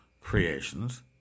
creations